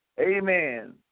Amen